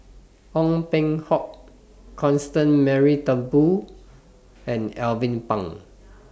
Ong Peng Hock Constance Mary Turnbull and Alvin Pang